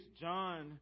John